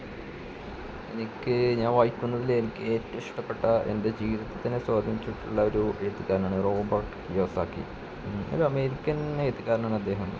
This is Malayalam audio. എനിക്ക് ഞാൻ വായിക്കുന്നതിൽ എനിക്ക് ഏറ്റവും ഇഷ്ടപെട്ട എൻ്റെ ജീവിതത്തെ സ്വാധീനിച്ചിട്ടുള്ള ഒരു എഴുത്തുകാരാണ് റോബെട്ട് കിയോസാക്കി ഒരു അമേരിക്കൻ എഴുതുകരനാണ് അദ്ദേഹം